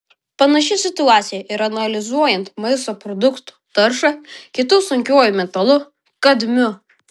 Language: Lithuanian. panaši situacija ir analizuojant maisto produktų taršą kitu sunkiuoju metalu kadmiu